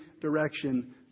direction